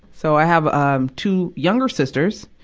so i have, um, two younger sisters.